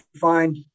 find